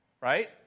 right